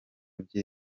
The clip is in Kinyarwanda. bye